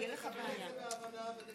תקבל את זה בהבנה ותתמודד.